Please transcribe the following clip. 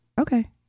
Okay